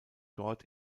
dort